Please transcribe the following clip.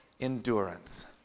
endurance